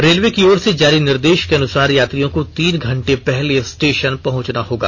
railway की ओर से जारी निर्देष के अनुसार यात्रियों को तीन घंटे पहले स्टेषन पहंचना होगा